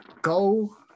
Go